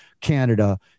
Canada